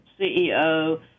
CEO